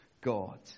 God